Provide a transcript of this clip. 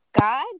God